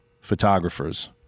photographers